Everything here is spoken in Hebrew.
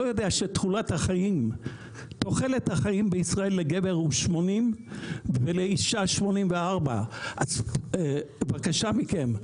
יודע שתוחלת החיים בישראל לגבר היא 80 ולאישה 84. בבקשה מכם,